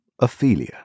Ophelia